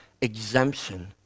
exemption